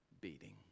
beating